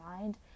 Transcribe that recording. mind